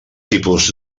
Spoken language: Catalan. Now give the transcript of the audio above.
tipus